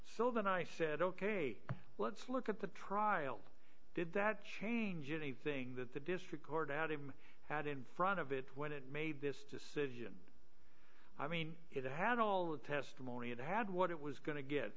so then i said ok let's look at the trial did that change anything that the district court out of me had in front of it when it made this decision i mean it had all the testimony it had what it was going to get